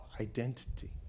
identity